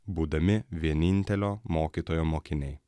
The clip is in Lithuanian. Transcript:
būdami vienintelio mokytojo mokiniai